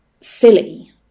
silly